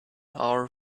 our